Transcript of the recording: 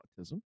autism